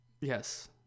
Yes